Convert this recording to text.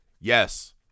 yes